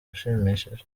ushimishije